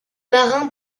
marins